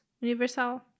universal